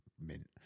mint